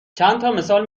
چندتامثال